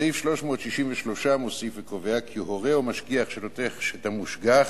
סעיף 363 מוסיף וקובע כי הורה או משגיח שנוטש את המושגח,